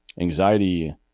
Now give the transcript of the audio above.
anxiety